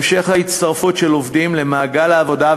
המשך ההצטרפות של עובדים למעגל העבודה,